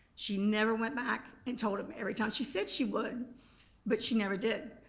she never went back and told them. every time she said she would but she never did.